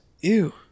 Ew